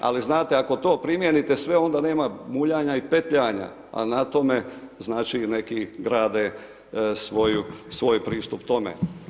Ali znate, ako to primijenite sve onda nema muljanja i petljanja a na tome znači i neki grade svoj pristup tome.